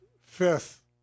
fifth